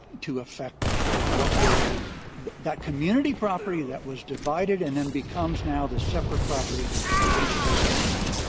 to affect what was that community property that was divided and then becomes now the separate property of each of those spouses.